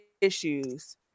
issues